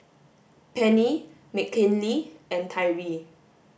Penni Mckinley and Tyree